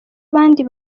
abandi